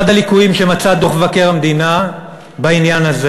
אחד הליקויים שמצא דוח מבקר המדינה בעניין הזה